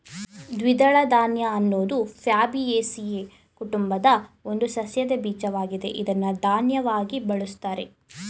ದ್ವಿದಳ ಧಾನ್ಯ ಅನ್ನೋದು ಫ್ಯಾಬೇಸಿಯೊ ಕುಟುಂಬದ ಒಂದು ಸಸ್ಯದ ಬೀಜವಾಗಿದೆ ಇದ್ನ ಧಾನ್ಯವಾಗಿ ಬಳುಸ್ತಾರೆ